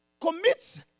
commits